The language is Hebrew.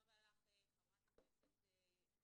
תודה רבה לך, חברת הכנסת ניבין.